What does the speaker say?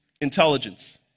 intelligence